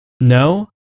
No